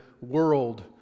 world